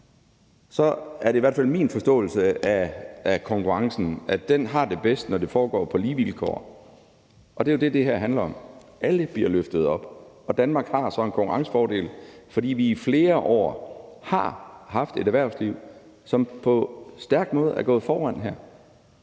er det i hvert fald min forståelse af konkurrencen, at den har det bedst, når det foregår på lige vilkår. Og det er jo det, det her handler om. Alle bliver løftet op, og Danmark har så en konkurrencefordel, fordi vi i flere år har haft et erhvervsliv, som på en stærk måde er gået foran her.